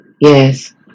yes